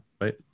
Right